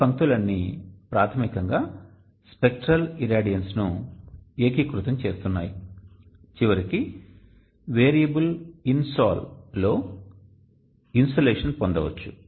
ఈ పంక్తులన్నీ ప్రాథమికంగా స్పెక్ట్రల్ ఇరాడియన్స్ను ఏకీకృతం చేస్తున్నాయి చివరికి వేరియబుల్ INSOL లో ఇన్సోలేషన్ పొందవచ్చు